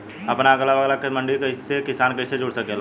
अपने अगला बगल के मंडी से किसान कइसे जुड़ सकेला?